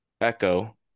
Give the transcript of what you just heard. Echo